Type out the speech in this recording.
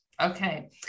okay